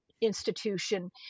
institution